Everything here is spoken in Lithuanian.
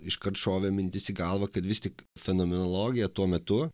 iškart šovė mintis į galvą kad vis tik fenomenologija tuo metu